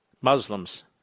Muslims